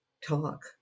talk